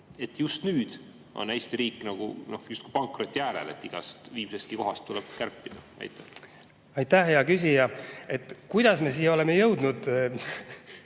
just nüüd on Eesti riik justkui pankroti äärel, igast viimsestki kohast tuleb kärpida. Aitäh, hea küsija! Kuidas me siia oleme jõudnud?